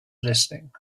listening